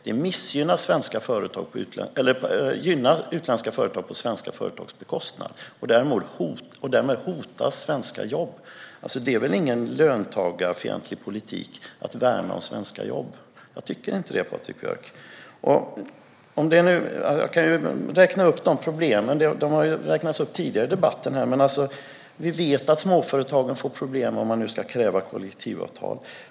Det gynnar utländska företag på svenska företags bekostnad, och därmed hotas svenska jobb. Det är ingen löntagarfientlig politik att värna om svenska jobb. Det tycker inte jag, Patrik Björck. Jag kan räkna upp problemen. De har räknats upp tidigare i debatten. Vi vet att småföretagen får problem om man kräver kollektivavtal.